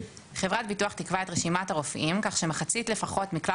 (2) חברת ביטוח תקבע את רשימת הרופאים כך שמחצית לפחות מכלל